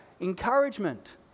encouragement